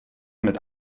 mit